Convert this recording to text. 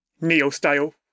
Neo-style